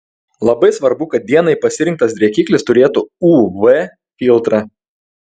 labai svarbu kad dienai pasirinktas drėkiklis turėtų uv filtrą